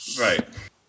Right